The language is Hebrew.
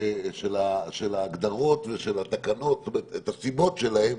של ההגדרות ושל התקנות ואת הסיבות שלהם,